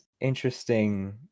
interesting